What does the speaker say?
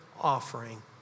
offering